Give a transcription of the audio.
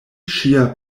ŝia